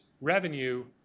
revenue